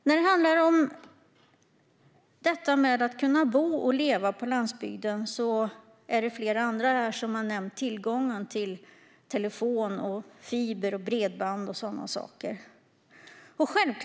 När det handlar om att kunna bo och leva på landsbygden har flera andra här nämnt tillgången till telefon, fiber, bredband och sådana saker.